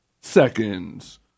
seconds